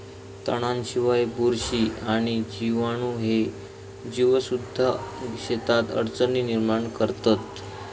तणांशिवाय, बुरशी आणि जीवाणू ह्ये जीवसुद्धा शेतात अडचणी निर्माण करतत